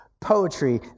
poetry